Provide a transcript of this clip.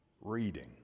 reading